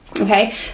okay